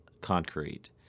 concrete